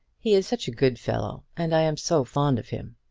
he is such a good fellow, and i am so fond of him.